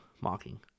mocking